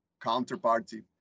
counterparty